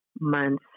months